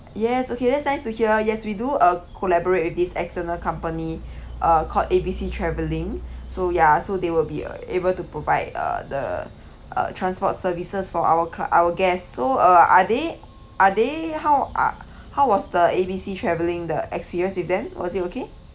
yes okay that's nice to hear yes we do uh collaborate with this external company uh called A B C traveling so ya so they will be able to provide uh the uh transport services for our ca~ our guests so uh are they are they how uh how was the A B C traveling the experience with them was it okay